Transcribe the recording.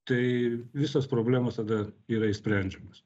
tai visos problemos tada yra išsprendžiamos